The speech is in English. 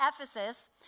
Ephesus